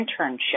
internship